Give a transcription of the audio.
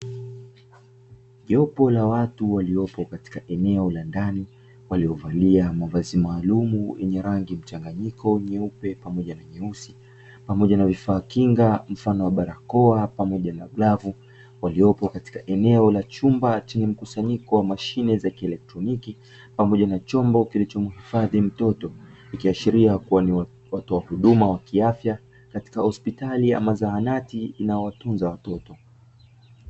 Jopo la watu waliopo katika eneo la ndani waliovalia mavazi maalumu, yenye rangi mchanganyiko nyeupe pamoja na nyeusi pamoja na vifaa kinga mfano wa barakoa pamoja na glavu, waliopo katika eneo la chumba chenye mkusanyiko wa mashine za kielektroniki pamoja na chombo kilichomuhifadhi mtoto, ikiashiria kuwa ni watoa huduma wa kiafya katika hospitali ama zahanati inayowatunza watoto.